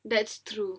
that's true